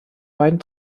beiden